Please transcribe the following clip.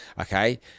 okay